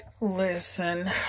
Listen